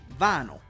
vinyl